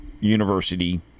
university